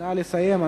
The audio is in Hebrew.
נא לסיים.